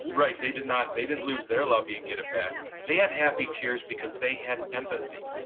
right, they did not they didn't lose their lovey and get it back. they had happy tears because they had empathy.